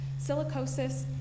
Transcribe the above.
Silicosis